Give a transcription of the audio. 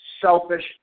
selfish